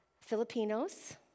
Filipinos